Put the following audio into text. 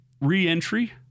re-entry